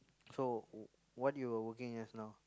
so w~ what you are working as now